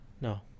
No